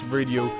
Radio